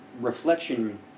reflection